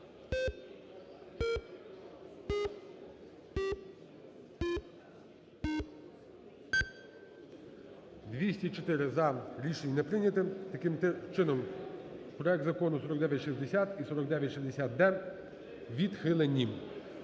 За-204 Рішення не прийнято. Таким чином проект Закону 4960 і 4960-д відхилені.